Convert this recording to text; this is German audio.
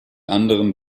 anderen